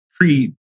Creed